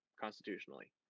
constitutionally